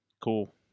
Cool